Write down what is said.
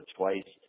twice